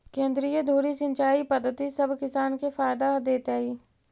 केंद्रीय धुरी सिंचाई पद्धति सब किसान के फायदा देतइ